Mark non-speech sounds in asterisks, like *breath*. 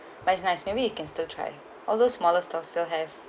*breath* but it's nice maybe you can still try all those smaller stores still have